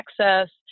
access